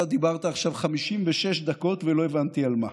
אתה דיברת עכשיו 56 דקות, ולא הבנתי על מה.